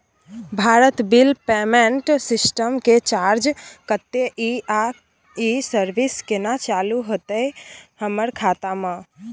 Bharat bill payment system के charge कत्ते इ आ इ सर्विस केना चालू होतै हमर खाता म?